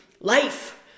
life